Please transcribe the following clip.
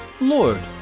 Lord